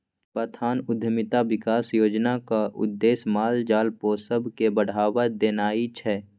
बथान उद्यमिता बिकास योजनाक उद्देश्य माल जाल पोसब केँ बढ़ाबा देनाइ छै